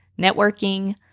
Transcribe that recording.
networking